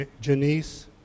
Janice